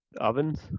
Ovens